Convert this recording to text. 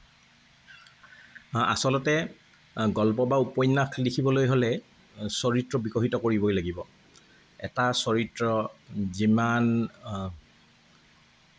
আচলতে গল্প বা উপন্যাস লিখিবলৈ হ'লে চৰিত্ৰ বিকশিত কৰিবই লাগিব এটা চৰিত্ৰ যিমান